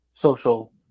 social